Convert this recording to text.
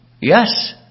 Yes